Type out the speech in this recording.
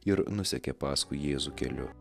ir nusekė paskui jėzų keliu